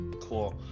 Cool